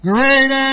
Great